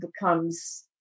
becomes